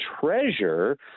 treasure